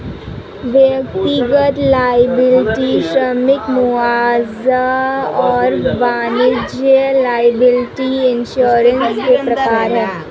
व्यक्तिगत लॉयबिलटी श्रमिक मुआवजा और वाणिज्यिक लॉयबिलटी इंश्योरेंस के प्रकार हैं